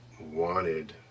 wanted